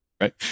Right